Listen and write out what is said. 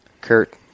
Kurt